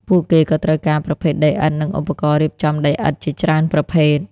ពួកគេក៏ត្រូវការប្រភេទដីឥដ្ឋនិងឧបករណ៍រៀបចំដីឥដ្ឋជាច្រើនប្រភេទ។